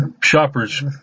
shoppers